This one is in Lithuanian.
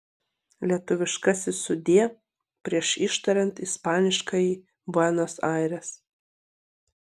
lietuviškasis sudie prieš ištariant ispaniškąjį buenos aires